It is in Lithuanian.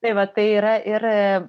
tai va tai yra ir